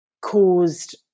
caused